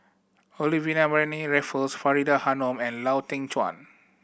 Olivia Mariamne Raffles Faridah Hanum and Lau Teng Chuan